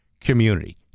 community